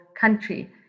country